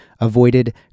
avoided